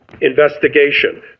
investigation